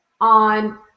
on